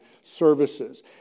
services